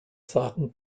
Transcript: sagen